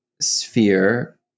sphere